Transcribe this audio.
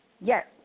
Yes